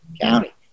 County